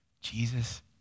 Jesus